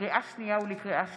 לקריאה שנייה ולקריאה שלישית,